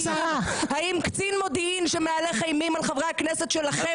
האם קצין מודיעין שמהלך אימים על חברי הכנסת שלכם,